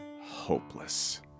hopeless